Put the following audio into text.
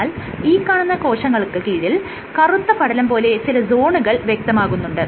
എന്നാൽ ഈ കാണുന്ന കോശങ്ങൾക്ക് കീഴിൽ കറുത്ത പടലം പോലെ ചില സോണുകൾ വ്യക്തമാകുന്നുണ്ട്